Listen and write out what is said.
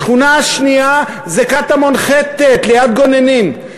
השכונה השנייה זה קטמון ח'-ט', ליד גוננים.